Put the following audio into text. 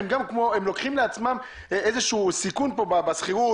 הם לוקחים לעצמם איזשהו סיכון פה בשכירות,